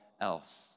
else